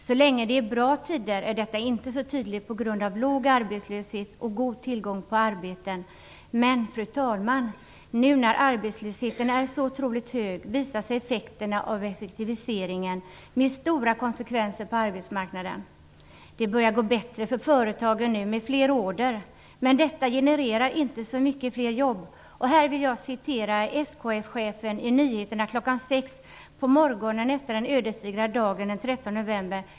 Så länge det är bra tider är detta på grund av låg arbetslöshet och god tillgång på arbeten inte så tydligt. Men nu, fru talman, när arbetslösheten är så otroligt hög, visar sig effektiviseringens stora konsekvenser på arbetsmarknaden. Det börjar att gå bättre för företagen nu med fler order. Men detta genererar inte så många fler jobb. Här vill jag citera SKF-chefen i nyheterna klockan sex på morgonen efter den ödesdigra dagen den 13 november.